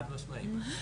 חד משמעית.